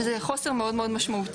וזה חוסר מאוד מאוד משמעותי.